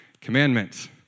commandments